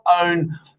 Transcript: own